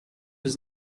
was